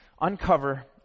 uncover